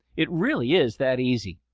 it really is that easy!